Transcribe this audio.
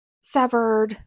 severed